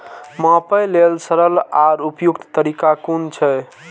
मापे लेल सरल आर उपयुक्त तरीका कुन छै?